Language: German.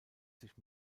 sich